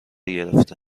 گرفته